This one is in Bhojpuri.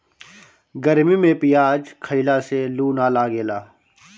गरमी में पियाज खइला से लू ना लागेला